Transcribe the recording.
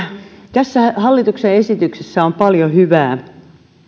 tässä hallituksen esityksessä on paljon hyvää